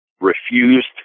refused